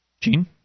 Gene